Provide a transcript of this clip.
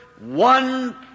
one